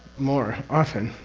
more often,